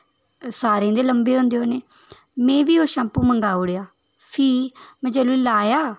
सारे दे लम्बे होंदे होने में बी ओह् शैम्पू मंगाई ओड़ेआ फ्ही जेल्लै लाया